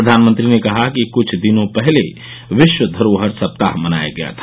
प्रधानमंत्री ने कहा कि कुछ दिनों पहले विश्व धरोहर सप्ताह मनाया गया था